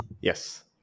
Yes